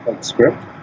script